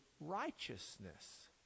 righteousness